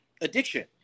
addiction